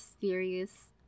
serious